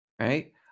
right